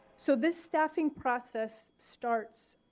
so this staffing process starts,